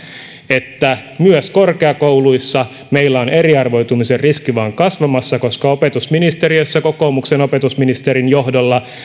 että myös korkeakouluissa meillä on eriarvoistumisen riski vain kasvamassa koska opetusministeriössä kokoomuksen opetusministerin johdolla